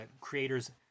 creators